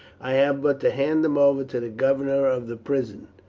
i have but to hand him over to the governor of the prison,